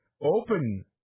open